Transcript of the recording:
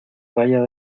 raya